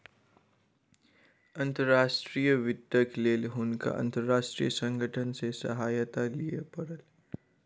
अंतर्राष्ट्रीय वित्तक लेल हुनका अंतर्राष्ट्रीय संगठन सॅ सहायता लिअ पड़ल